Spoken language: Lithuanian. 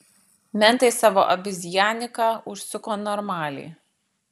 mentai savo abizjaniką užsuko normaliai